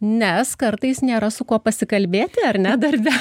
nes kartais nėra su kuo pasikalbėti ar ne darbe